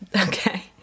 Okay